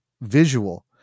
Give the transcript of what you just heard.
visual